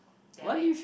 damn it